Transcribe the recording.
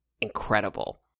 incredible